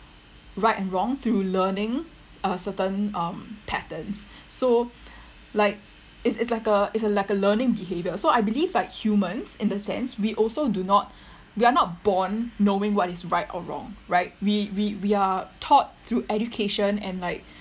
right and wrong through learning a certain um patterns so like it's it's like a it's like a learning behaviour so I believe like humans in the sense we also do not we are not born knowing what is right or wrong right we we we are taught through education and like